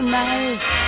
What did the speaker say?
nice